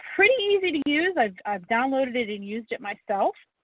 pretty easy to use. i've i've downloaded it and used it myself.